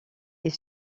est